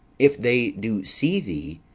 if they do see thee,